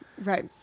Right